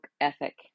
ethic